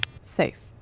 Safe